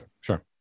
sure